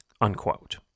Unquote